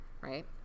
right